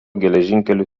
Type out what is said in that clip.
geležinkelių